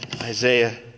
Isaiah